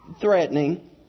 threatening